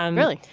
um really?